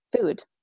food